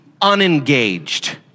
unengaged